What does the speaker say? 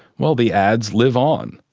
well, the ads live on.